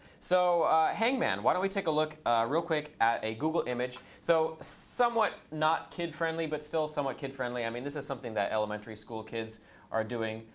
so hangman. why don't we take a look real quick at a google image? so somewhat not kid-friendly, but still somewhat kid-friendly. i mean, this is something that elementary school kids are doing.